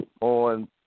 on